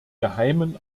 geheimen